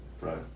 Right